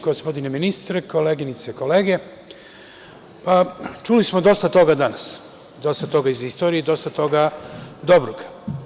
Gospodine ministre, koleginice i kolege, čuli smo dosta toga danas, dosta toga iz istorije i dosta toga dobrog.